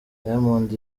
diamond